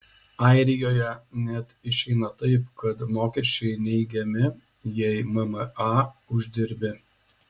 airijoje net išeina taip kad mokesčiai neigiami jei mma uždirbi